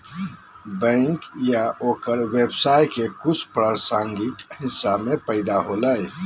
bank या ओकर व्यवसाय के कुछ प्रासंगिक हिस्सा के फैदा होलय